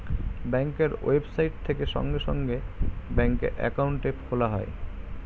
ব্যাঙ্কের ওয়েবসাইট থেকে সঙ্গে সঙ্গে ব্যাঙ্কে অ্যাকাউন্ট খোলা যায়